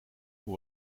hoe